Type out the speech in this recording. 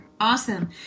Awesome